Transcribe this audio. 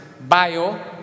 bio